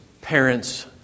parent's